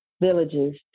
Villages